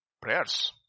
Prayers